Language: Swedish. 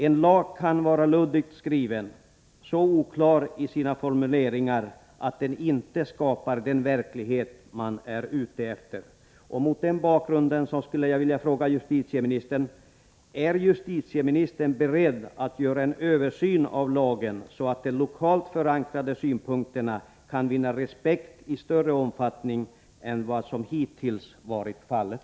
En lag kan vara luddigt skriven, så oklar i sina formuleringar att den inte skapar den verklighet man är ute efter. Mot denna bakgrund skulle jag vilja fråga justitieministern: Är justitieministern beredd att göra en översyn av lagen, så att de lokalt förankrade synpunkterna kan vinna respekt i större omfattning än vad som hittills varit fallet?